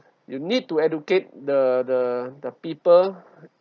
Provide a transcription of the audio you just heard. you need to educate the the the people